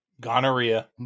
Gonorrhea